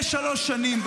לפני שלוש שנים,